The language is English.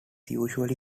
usually